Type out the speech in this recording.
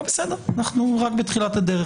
אנחנו רק בתחילת הדרך,